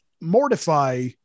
mortify